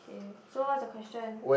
so what's your question